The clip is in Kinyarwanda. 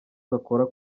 gakora